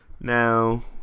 Now